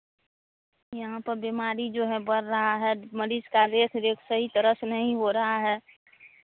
यहाँ पर बीमारी जो है बढ़ रहा है मरीज़ का देख रेख सही तरह से नहीं हो रहा है